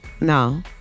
No